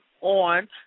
on